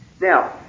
Now